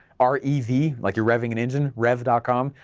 r e v like you're revving an engine, rev and com,